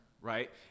right